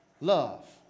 Love